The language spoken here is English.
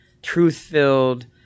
truth-filled